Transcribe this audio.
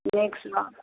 नीकसँ